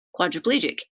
quadriplegic